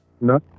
No